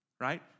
Right